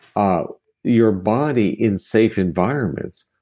um your body, in safe environments,